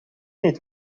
niet